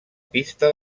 pista